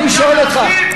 אני שואל אותך,